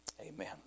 amen